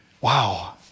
wow